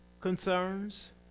concerns